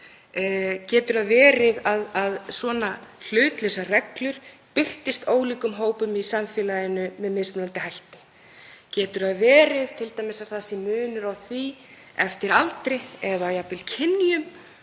Getur það verið að svona hlutlausar reglur birtist ólíkum hópum í samfélaginu með mismunandi hætti? Getur það verið t.d. að munur sé á því eftir aldri eða jafnvel kynjum